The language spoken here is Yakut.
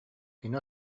кини